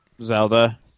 Zelda